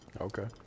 Okay